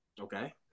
Okay